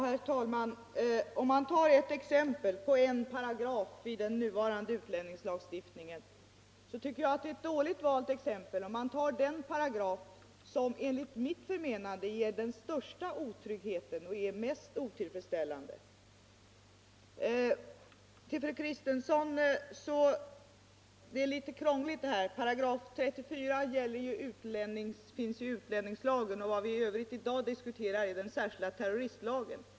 Herr talman! Om man vill åberopa den nuvarande utlänningslagstiftningen tycker jag det är ett dåligt valt exempel att ta den paragraf som enligt mitt förmenande ger den största otryggheten och är mest otillfredsställande. Till fru Kristensson vill jag säga att det här är ju litet krångligt — 34 § finns i utlänningslagen, och vad vi i övrigt diskuterar i dag är den särskilda terroristlagen.